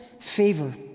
favor